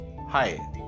Hi